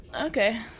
Okay